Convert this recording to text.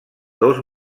dos